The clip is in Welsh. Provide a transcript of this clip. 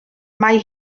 mae